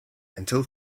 until